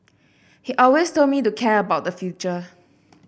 he always told me to care about the future